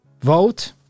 vote